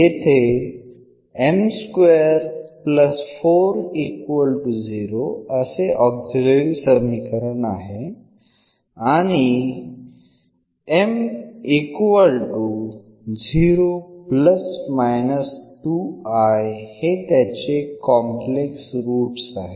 येथे असे ऑक्झीलरी समीकरण आहे आणि हे त्याचे कॉम्प्लेक्स रूट्स आहेत